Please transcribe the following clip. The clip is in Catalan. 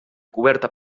coberta